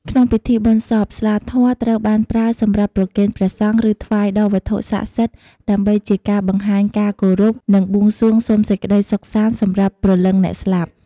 ក្នុងពិធីបុណ្យសព ស្លាធម៌ត្រូវបានប្រើសម្រាប់ប្រគេនព្រះសង្ឃ ឬថ្វាយដល់វត្ថុស័ក្តិសិទ្ធិ ដើម្បីជាការបង្ហាញការគោរព និងបួងសួងសុំសេចក្ដីសុខសាន្តសម្រាប់ព្រលឹងអ្នកស្លាប់។